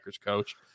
coach